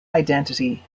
identity